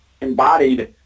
embodied